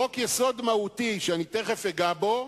חוק-יסוד מהותי, שתיכף אגע בו,